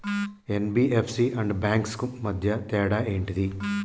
NBFC and banks కు మధ్య తేడా ఏంటిది?